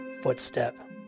footstep